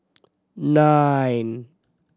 nine